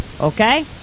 Okay